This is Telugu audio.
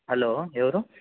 హలో ఎవరు